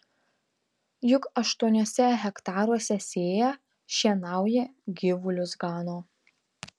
juk aštuoniuose hektaruose sėja šienauja gyvulius gano